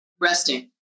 Resting